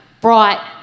brought